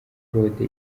claude